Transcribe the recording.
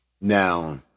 Now